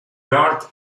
yarn